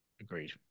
Agreed